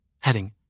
Heading